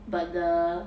but the